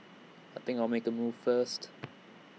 I think I'll make A move first